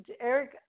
Eric